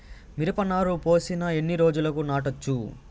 మిరప నారు పోసిన ఎన్ని రోజులకు నాటచ్చు?